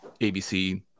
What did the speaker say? abc